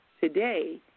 today